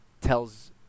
tells